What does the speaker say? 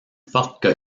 forte